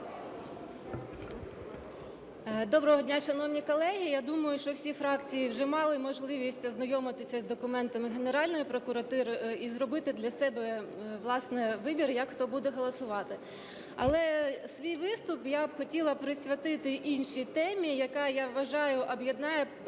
Доброго дня, шановні колеги! Я думаю, що всі фракції вже мали можливість ознайомитися з документами Генеральної прокуратури і зробити для себе, власне, вибір, як хто буде голосувати? Але свій виступ я б хотіла присвяти іншій темі, яка, я вважаю, об'єднає